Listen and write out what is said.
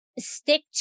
stick